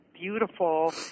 beautiful